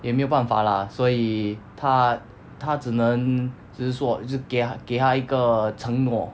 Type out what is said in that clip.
也没有办法啦所以他他只能就是说就给给她一个承诺